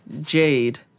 Jade